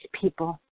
people